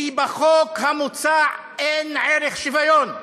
כי בחוק המוצע אין ערך שוויון.